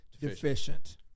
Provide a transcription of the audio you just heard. deficient